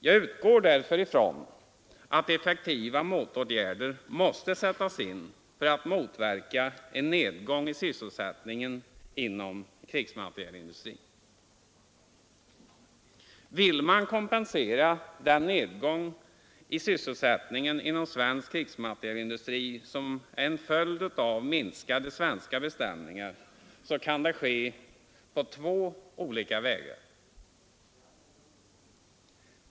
Jag utgår därför ifrån att effektiva motåtgärder måste sättas in för att motverka en nedgång i sysselsättningen inom krigsmaterielindustrin. Vill man kompensera den nedgång i sysselsättningen inom svensk krigsmaterielindustri, som är en följd av minskande svenska beställningar, kan detta ske på två olika vägar.